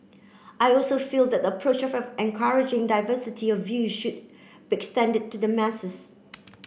I also feel that the approach of encouraging diversity of view should be extended to the masses